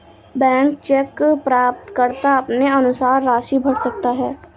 blank cheque प्राप्तकर्ता अपने अनुसार राशि भर सकता है